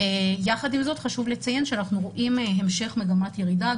יחד עם זאת חשוב לציין שאנחנו רואים המשך מגמת ירידה,